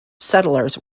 settlers